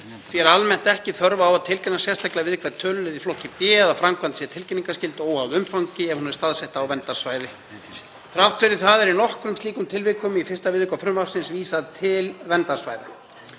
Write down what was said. Því er almennt ekki þörf á að tilkynna sérstaklega við hvern tölulið í flokki B að framkvæmd sé tilkynningarskyld óháð umfangi ef hún er staðsett á verndarsvæði. Þrátt fyrir það er í nokkrum slíkum tilvikum, í 1. viðauka frumvarpsins, vísað til verndarsvæða.